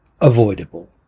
avoidable